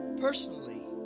personally